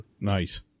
Nice